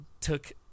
took